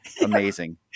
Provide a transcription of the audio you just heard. amazing